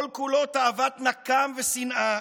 כל-כולו תאוות נקם ושנאה,